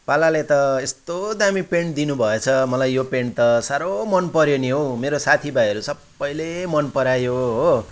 पालाले त यस्तो दामी पेन्ट दिनुभएछ मलाई यो पेन्ट त साह्रो मन पऱ्यो नि हौ मेरो साथीभाइहरू सबैले मन परायो हो